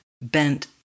bent